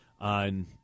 on